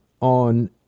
on